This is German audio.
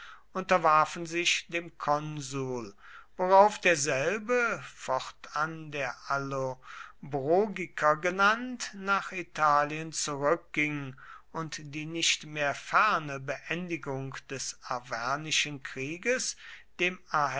unterwarfen sich dem konsul worauf derselbe fortan der allobrogiker genannt nach italien zurückging und die nicht mehr ferne beendigung des arvernischen krieges dem